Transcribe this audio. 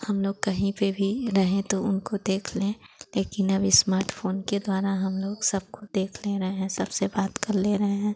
हम लोग कहीं पर भी रहें तो उनको देख लें लेकिन अब इस्माटफ़ोन के द्वारा हम लोग सबको देख ले रहे हैं सबसे बात कर ले रहे हैं